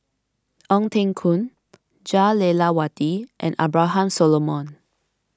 Ong Teng Koon Jah Lelawati and Abraham Solomon